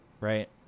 right